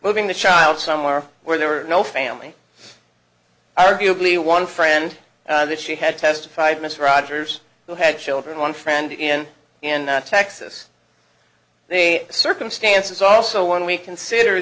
moving the child somewhere where there were no family arguably one friend that she had testified mr rogers who had children one friend in in texas they circumstances also when we consider